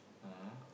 (uh huh)